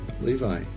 Levi